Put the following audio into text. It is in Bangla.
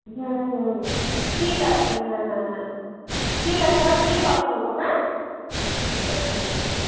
হুম হুম হুম ঠিক আছে হ্যাঁ হ্যাঁ হ্যাঁ ঠিক আছে তাহলে গিয়ে কথা বলবো হ্যাঁ ঠিক আছে হুম হুম হুম